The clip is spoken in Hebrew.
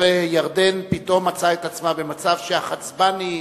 ירדן פתאום מצאה את עצמה במצב שהחצבני,